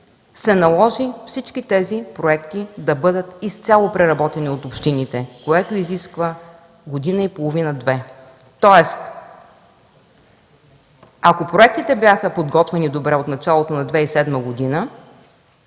се наложи всички тези проекти да бъдат изцяло преработени от общините. Това изисква година и половина – две. Тоест ако проектите бяха подготвени добре от началото на 2007 г.,